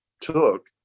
took